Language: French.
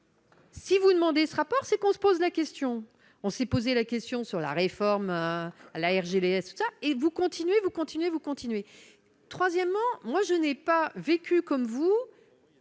Si vous demandez ce rapport c'est qu'on se pose la question, on s'est posé la question sur la réforme, la tout ça et vous continuez, vous continuez, vous continuez, troisièmement, moi je n'ai pas vécu comme vous,